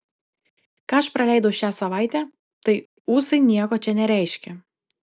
ką aš praleidau šią savaitę tai ūsai nieko čia nereiškia